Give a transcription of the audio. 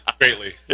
Greatly